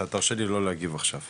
אתה תרשה לי לא להגיב עכשיו,